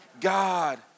God